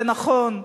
ונכון,